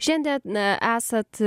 šiandien e esat